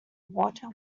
water